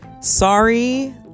sorry